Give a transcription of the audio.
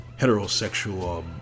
heterosexual